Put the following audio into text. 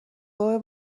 برو